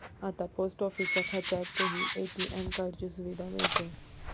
आता पोस्ट ऑफिसच्या खात्यातही ए.टी.एम कार्डाची सुविधा मिळते